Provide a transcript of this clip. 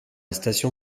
station